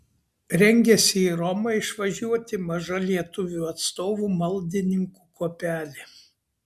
rengiasi į romą išvažiuoti maža lietuvių atstovų maldininkų kuopelė